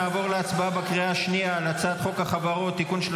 נעבור להצבעה בקריאה השנייה על הצעת חוק החברות (תיקון מס'